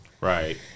Right